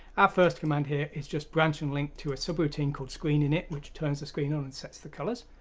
our first command here is just branch and link to a subroutine called screen init which turns the screen on and sets the colors.